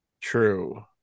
True